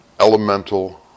elemental